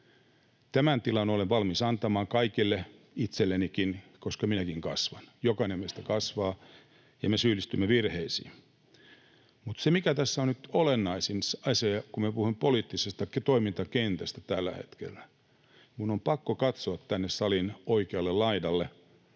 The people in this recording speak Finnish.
Tämän tilan olen valmis antamaan kaikille, itsellenikin, koska minäkin kasvan, jokainen meistä kasvaa ja me syyllistymme virheisiin. Mutta se, mikä tässä on nyt olennaisin asia, kun me puhumme poliittisesta toimintakentästä tällä hetkellä, niin minun on pakko katsoa tänne salin oikealle laidalle,